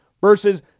versus